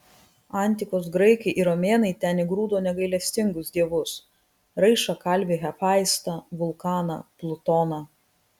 antikos graikai ir romėnai ten įgrūdo negailestingus dievus raišą kalvį hefaistą vulkaną plutoną